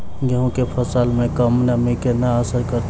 गेंहूँ केँ फसल मे कम नमी केना असर करतै?